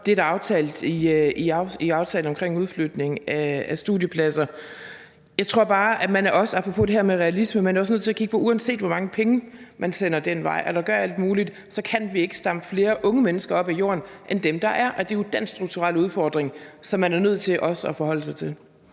Det er der aftalt i aftalen omkring udflytning af studiepladser. Jeg tror bare apropos det her med at være realistisk, at man også er nødt til at kigge på, uanset hvor mange penge man sender den vej og gør alt muligt, at vi ikke kan stampe flere unge mennesker op af jorden end dem, der er, og det er jo den strukturelle udfordring, som man er nødt til også at forholde sig til.